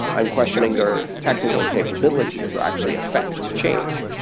i'm questioning their technical capability to actually affect change,